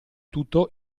tutto